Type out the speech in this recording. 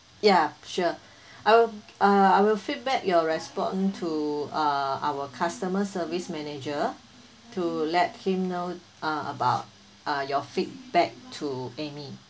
ya sure I'll uh I will feedback your response to uh our customer service manager to let him know uh about uh your feedback to amy